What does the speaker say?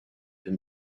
him